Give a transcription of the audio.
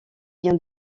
bien